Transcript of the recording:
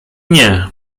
nie